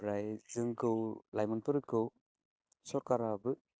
ओमफ्राय जोंखौ लाइमोनफोरखौ सरकाराबो